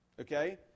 Okay